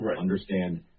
understand